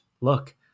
Look